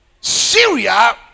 Syria